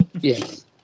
Yes